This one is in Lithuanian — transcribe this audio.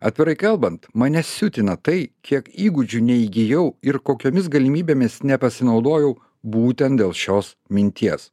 atvirai kalbant mane siutina tai kiek įgūdžių neįgijau ir kokiomis galimybėmis nepasinaudojau būtent dėl šios minties